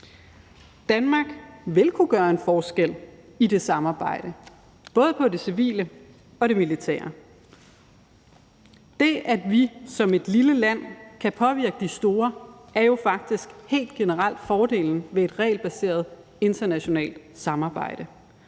Danmark vil kunne gøre en forskel i det samarbejde, hvad angår både det civile og det militære. Det, at vi som et lille land kan påvirke de store, er jo faktisk helt generelt fordelen ved et regelbaseret internationalt samarbejde,